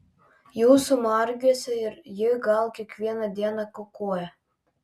jūsų margiuose ji gal kiekvieną dieną kukuoja